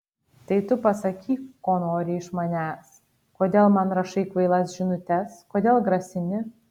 tai tu pasakyk ko nori iš manęs kodėl man rašai kvailas žinutes kodėl grasini